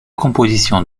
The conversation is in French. composition